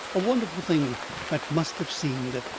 a wonderful thing that must have seemed,